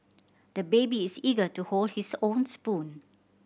the baby is eager to hold his own spoon